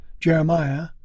Jeremiah